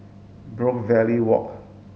Brookvale Walk